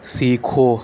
سیکھو